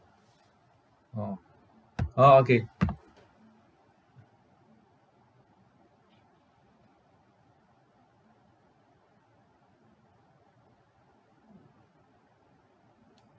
orh orh okay